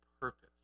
purpose